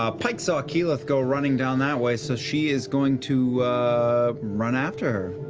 ah pike saw keyleth go running down that way, so she is going to run after